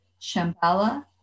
Shambhala